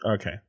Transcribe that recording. okay